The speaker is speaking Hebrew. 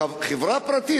חברה פרטית,